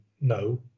No